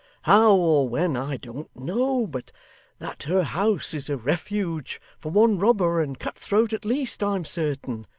how, or when, i don't know but that her house is a refuge for one robber and cut-throat at least, i am certain.